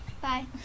Bye